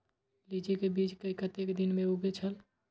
लीची के बीज कै कतेक दिन में उगे छल?